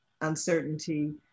uncertainty